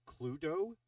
Cluedo